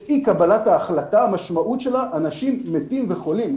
שאי קבלת ההחלטה משמעותה אנשים מתים וחולים,